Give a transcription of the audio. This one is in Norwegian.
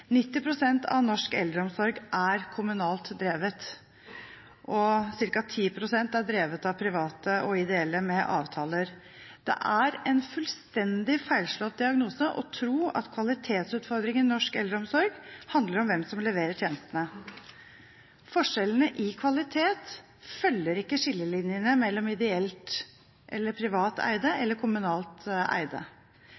av norsk eldreomsorg er kommunalt drevet, og ca. 10 pst. er drevet av private og ideelle med avtaler. Det er en fullstendig feilslått diagnose å tro at kvalitetsutfordringen i norsk eldreomsorg handler om hvem som leverer tjenestene. Forskjellene i kvalitet følger ikke skillelinjene mellom ideelt eller privat eide og kommunalt eide.